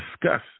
discuss